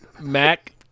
Mac